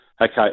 Okay